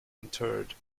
interred